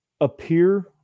appear